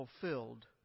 fulfilled